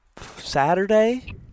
Saturday